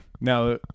now